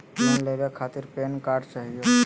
Loan लेवे खातीर PAN card चाहियो?